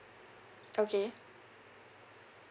okay